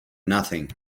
nothing